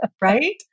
right